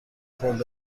پمپ